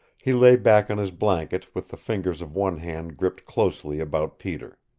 he lay back on his blanket, with the fingers of one hand gripped closely about peter.